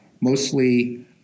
mostly